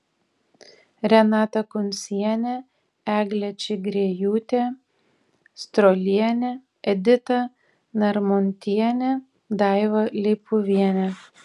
renata kuncienė eglė čigriejūtė strolienė edita narmontienė daiva leipuvienė